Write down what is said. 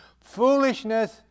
Foolishness